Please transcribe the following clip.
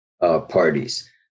parties